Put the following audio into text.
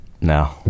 No